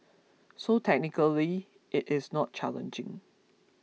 so technically it is not challenging